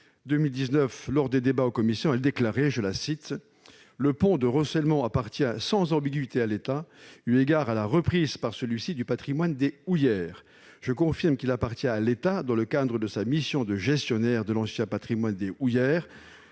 19 mars dernier, en séance publique, elle déclarait :« le pont de Rosselmont appartient sans ambiguïté à l'État, eu égard à la reprise par celui-ci du patrimoine des houillères. [...] Je confirme qu'il appartient à l'État, dans le cadre de sa mission de gestionnaire de l'ancien patrimoine des houillères,